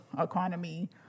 economy